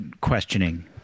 questioning